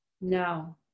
no